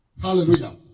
Hallelujah